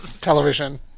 television